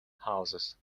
houses